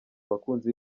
abakunzi